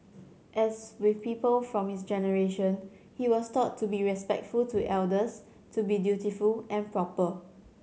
as with people from his generation he was taught to be respectful to elders to be dutiful and proper